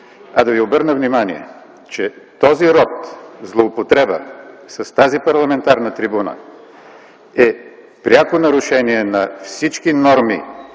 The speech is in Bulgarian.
а да ви обърна внимание, че този род злоупотреба с тази парламентарна трибуна е пряко нарушение на всички норми